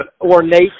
ornate